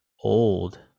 Old